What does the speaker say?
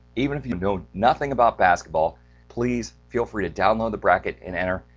even if you know nothing about basketball please feel free to download the bracket and enter.